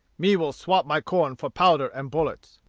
me will swap my corn for powder and bullets.